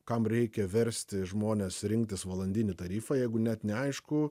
kam reikia versti žmones rinktis valandinį tarifą jeigu net neaišku